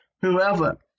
whoever